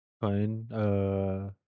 Fine